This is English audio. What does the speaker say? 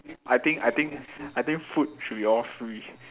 I think I think I think food should be all free